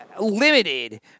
Limited